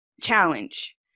challenge